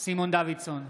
סימון דוידסון,